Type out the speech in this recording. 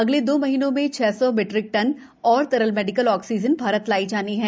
अगले दो महीनों में छह सौ मीट्रिक टन और तरल मेडिकल ऑक्सीजन भारत लायी जानी है